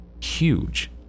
huge